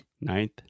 Ninth